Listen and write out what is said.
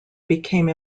became